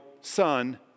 son